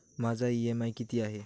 माझा इ.एम.आय किती आहे?